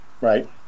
Right